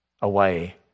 away